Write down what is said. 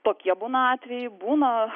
tokie būna atvejai būna